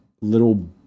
little